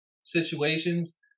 situations